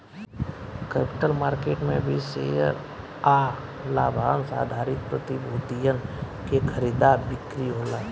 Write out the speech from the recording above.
capital market में भी share आ लाभांस आधारित प्रतिभूतियन के खरीदा बिक्री होला